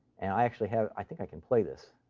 and i actually have i think i can play this.